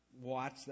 watch